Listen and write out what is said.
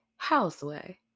Houseway